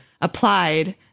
Applied